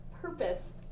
purpose